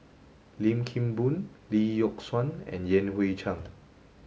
Lim Kim Boon Lee Yock Suan and Yan Hui Chang